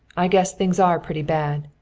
i guess things are pretty bad.